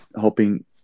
helping